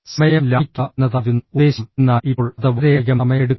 സമയം ലാഭിക്കുക എന്നതായിരുന്നു ഉദ്ദേശ്യം എന്നാൽ ഇപ്പോൾ അത് വളരെയധികം സമയം എടുക്കുന്നു